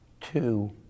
Two